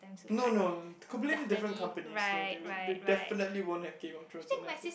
no no completely different companies so they w~ they definitely won't have Game of Thrones on Netflix